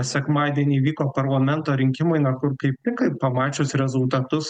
sekmadienį vyko parlamento rinkimai na kur kaip tik kai pamačius rezultatus